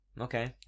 Okay